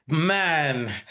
Man